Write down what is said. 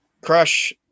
Crush